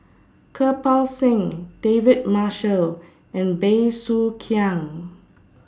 Kirpal Singh David Marshall and Bey Soo Khiang